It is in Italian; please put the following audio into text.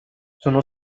sono